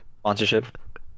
sponsorship